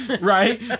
right